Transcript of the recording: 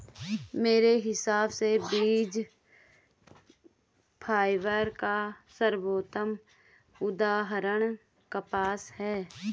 मेरे हिसाब से बीज फाइबर का सर्वोत्तम उदाहरण कपास है